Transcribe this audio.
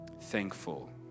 thankful